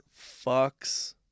fucks